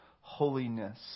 holiness